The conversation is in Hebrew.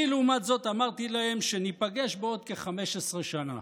אני, לעומת זאת, אמרתי להם שניפגש בעוד כ-15 שנה.